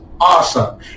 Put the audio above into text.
awesome